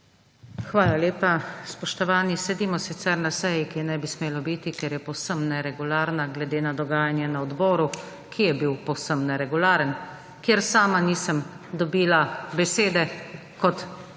Hvala lepa. Spoštovani, sedimo sicer na seji, ki je ne bi smelo biti, ker je povsem neregularna, glede na dogajanje na odboru, ki je bil povsem neregularen, kjer sama nisem dobila besede kot